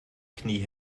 knie